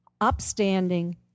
upstanding